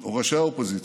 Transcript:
או ראשי האופוזיציה?